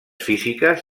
físiques